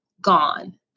gone